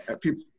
people